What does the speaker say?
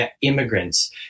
immigrants